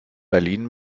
berlin